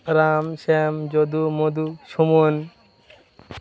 Ram Shyam Jadu Madhu Suman